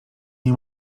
nie